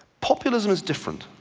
populism is different.